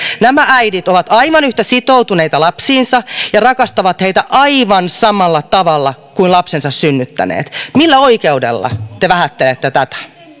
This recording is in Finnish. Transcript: nämä äidit ovat aivan yhtä sitoutuneita lapsiinsa ja rakastavat heitä aivan samalla tavalla kuin lapsensa synnyttäneet millä oikeudella te vähättelette tätä